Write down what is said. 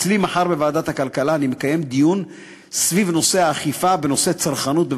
מחר אני מקיים אצלי בוועדת הכלכלה דיון סביב האכיפה בנושא צרכנות.